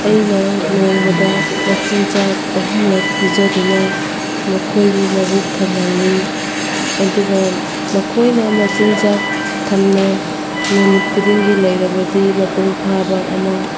ꯑꯩꯅ ꯅꯣꯡꯃꯗ ꯃꯆꯤꯟꯖꯥꯛ ꯑꯍꯨꯝꯂꯛ ꯄꯤꯖꯗꯨꯅ ꯃꯈꯣꯏꯕꯨ ꯃꯕꯨꯛ ꯊꯜꯍꯜꯂꯤ ꯑꯗꯨꯒ ꯃꯈꯣꯏꯅ ꯃꯆꯤꯟꯖꯥꯛ ꯊꯟꯅ ꯅꯨꯃꯤꯠ ꯈꯨꯗꯤꯡꯒꯤ ꯂꯩꯔꯕꯗꯤ ꯃꯄꯨꯡꯐꯥꯕ ꯑꯃ